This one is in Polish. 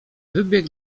wybieg